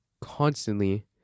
constantly